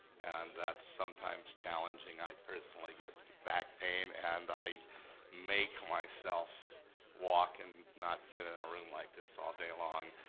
and that's sometimes challenging, i personally get back pain and i make myself walk and not sit in a room like this all day long.